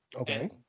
Okay